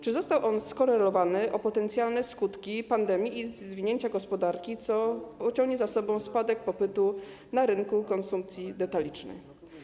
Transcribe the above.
Czy został on skorelowany z potencjalnymi skutkami pandemii i zwinięcia gospodarki, co pociągnie za sobą spadek popytu na rynku konsumpcji detalicznej?